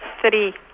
Three